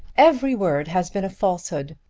every word has been a falsehood.